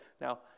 Now